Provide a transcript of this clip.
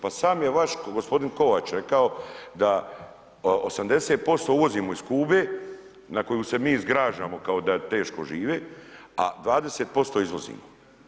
Pa sam je vaš gospodin Kovač rekao da 80% uvozimo iz Kube na koju se mi zgražamo kao da teško žive a 20% izvozimo.